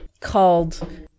called